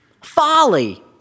folly